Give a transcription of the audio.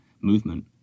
movement